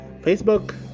Facebook